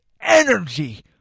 energy